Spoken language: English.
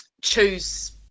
choose